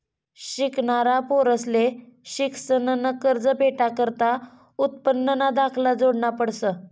शिकनारा पोरंसले शिक्शननं कर्ज भेटाकरता उत्पन्नना दाखला जोडना पडस